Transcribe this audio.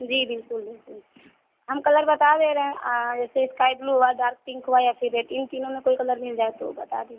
जी बिल्कुल बिल्कुल हम कलर बता दे रहे हैं जैसे स्काइ ब्लू हुआ या फ़िर डार्क पिंक हुआ या फ़िर रेड इन तीनों में कोई कलर मिल जाए तो बता दीजिए